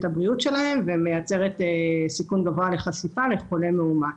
הבריאות שלהם ומייצרת סיכון גבוהה לחשיפה לחולה מאומת.